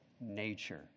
nature